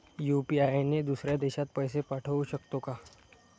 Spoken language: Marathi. यु.पी.आय ने दुसऱ्या देशात पैसे पाठवू शकतो का?